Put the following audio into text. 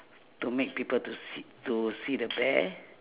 to make people to se~ to see the bear